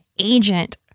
agent